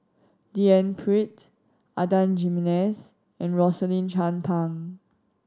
D N Pritt Adan Jimenez and Rosaline Chan Pang